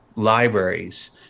Libraries